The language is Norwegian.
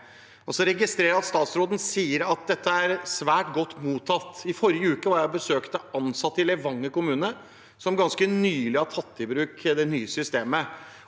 Jeg registrerer at statsråden sier at dette er svært godt mottatt. I forrige uke var og jeg besøkte ansatte i Levanger kommune, som ganske nylig har tatt i bruk det nye systemet.